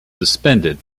suspended